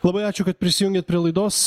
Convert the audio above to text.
labai ačiū kad prisijungėt prie laidos